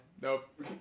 nope